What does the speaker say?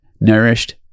nourished